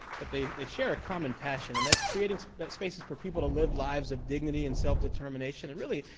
but they they share a common passion, and that's creating so but spaces for people to live lives of dignity and self-determination, and really,